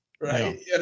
right